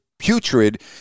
putrid